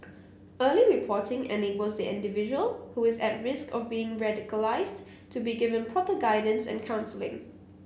early reporting enables the individual who is at risk of becoming radicalised to be given proper guidance and counselling